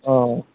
অঁ